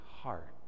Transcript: heart